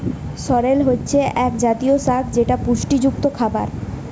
সরেল হচ্ছে এক জাতীয় শাক যেটা পুষ্টিযুক্ত খাবার